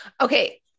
Okay